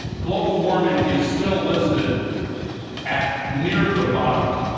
global warming is still listed at near the bottom.